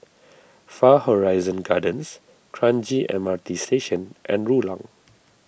Far Horizon Gardens Kranji M R T Station and Rulang